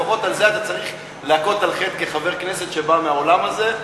לפחות על זה אתה צריך להכות על חטא כחבר כנסת שבא מהעולם הזה.